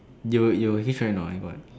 you you H_A or not you got